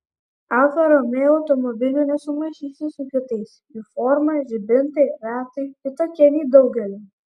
alfa romeo automobilių nesumaišysi su kitais jų forma žibintai ratai kitokie nei daugelio